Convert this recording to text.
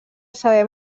saber